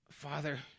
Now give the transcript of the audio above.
Father